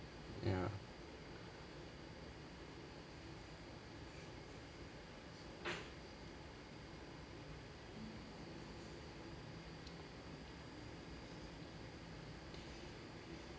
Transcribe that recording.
ya